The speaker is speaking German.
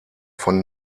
von